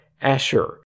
Asher